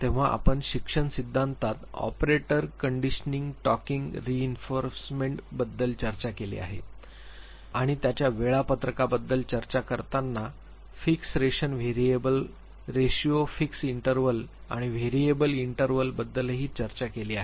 तेव्हा आपण शिक्षण सिद्धांतात ऑपरेटर कंडीशनिंग टॉकींग रिइंफोर्समेंट बद्दल चर्चा केली आहे आणि त्याच्या वेळापत्रकाबद्दल चर्चा करतांना fix ration variable ratio fix interval आणि व्हेरिएबल इंटरवल बद्द्दलही चर्चा केली आहे